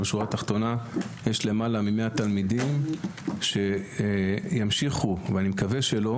אבל בשורה התחתונה יש יותר מ-100 תלמידים שימשיכו ואני מקווה שלא